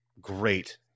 Great